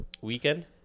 weekend